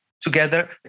together